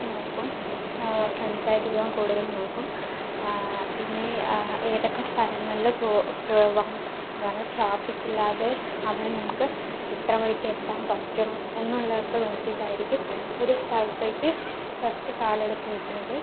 നോക്കും ഫ്രണ്ട്സ് ആയിട്ട് പോകാൻ കൂടുതൽ നോക്കും പിന്നെ ഏതൊക്കെ സ്ഥലങ്ങളിൽ പോ പോകാം എന്ന് പറഞ്ഞാൽ ട്രാഫിക്കില്ലാതെ അവിടെ നമുക്ക് എത്ര മണിക്ക് എത്താൻ പറ്റും എന്നുള്ളതൊക്കെ നോക്കീട്ടായിരിക്കും ഒരു സ്ഥലത്തേക്ക് ഫസ്റ്റ് കാലെടുത്ത് വയ്ക്കുന്നത്